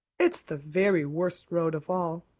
it's the very worst road of all.